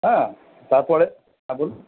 হ্যাঁ তারপরে হ্যাঁ বলুন